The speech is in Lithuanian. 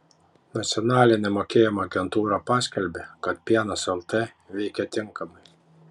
nacionalinė mokėjimo agentūra paskelbė kad pienas lt veikia tinkamai